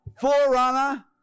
forerunner